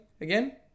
again